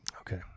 Okay